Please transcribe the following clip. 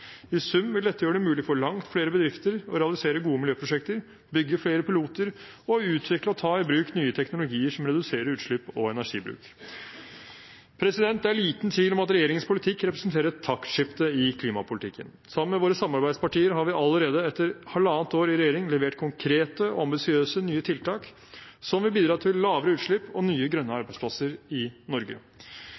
I sum vil dette gjøre det mulig for langt flere bedrifter å realisere gode miljøprosjekter, bygge flere piloter og utvikle og ta i bruk nye teknologier som reduserer utslipp og energibruk. Det er liten tvil om at regjeringens politikk representerer et taktskifte i klimapolitikken. Sammen med våre samarbeidspartier har vi allerede etter halvannet år i regjering levert konkrete og ambisiøse nye tiltak som vil bidra til lavere utslipp og nye grønne arbeidsplasser i Norge.